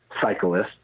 cyclists